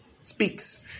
speaks